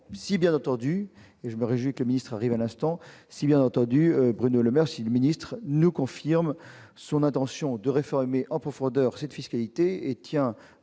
si bien entendu et je me réjouis que le ministre arrive à l'instant, si bien entendu, Bruno Le Maire, si le ministre ne confirme son intention de réformer en profondeur cette fiscalité et tient